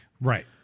Right